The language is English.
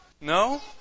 No